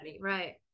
right